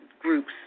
groups